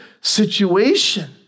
situation